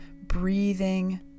breathing